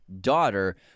daughter